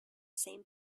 same